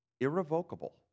irrevocable